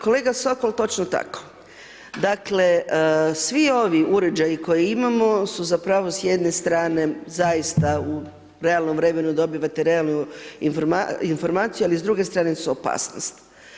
Kolega Sokol, točno tako, dakle, svi ovi uređaji koji imamo su zapravo s jedne strane zaista, u realnom vremenu, dobivate realnu informaciju, ali s druge strane su opasnost.